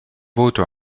voto